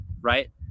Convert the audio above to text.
Right